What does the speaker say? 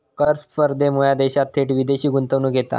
कर स्पर्धेमुळा देशात थेट विदेशी गुंतवणूक येता